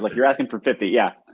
like you're asking for fifty. yeah.